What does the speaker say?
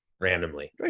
randomly